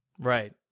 Right